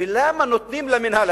למה נותנים למינהל?